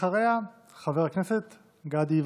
ואחריה, חבר הכנסת גדי יברקן.